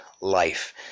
life